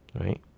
Right